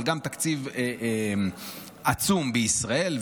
אבל גם תקציב עצום בישראל,